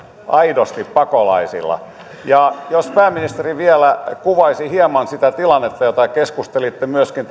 aidosti siellä pakolaisilla jos pääministeri vielä kuvaisi hieman sitä pohjois afrikan tilannetta josta keskustelitte myöskin